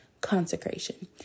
consecration